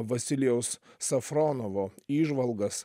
vasilijaus safronovo įžvalgas